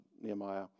Nehemiah